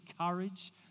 courage